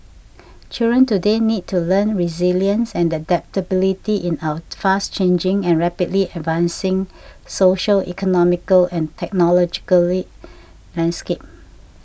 children today need to learn resilience and adaptability in our fast changing and rapidly advancing social economical and technological landscape